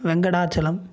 Venkatachalam